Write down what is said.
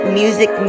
music